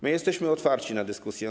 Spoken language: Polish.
My jesteśmy otwarci na dyskusję.